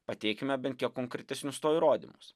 pateikime bent kiek konkretesnius to įrodymus